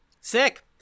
sick